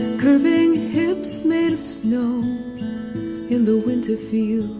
curving hips made of snow in the winter fields